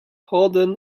harden